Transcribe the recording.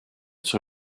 sur